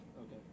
Okay